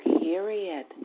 period